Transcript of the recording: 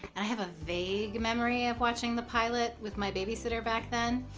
and i have a vague memory of watching the pilot with my babysitter back then.